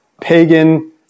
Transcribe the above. pagan